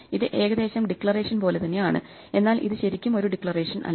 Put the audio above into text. ഇത് ഏകദേശം ഡിക്ലറേഷൻ പോലെ തന്നെ ആണ് എന്നാൽ ഇത് ശരിക്കും ഒരു ഡിക്ലറേഷൻ അല്ല